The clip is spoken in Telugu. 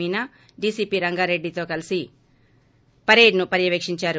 మీనా డి సి పి రంగారెడ్డితో కలీసి పరేడ్ ను పర్వవేక్షించారు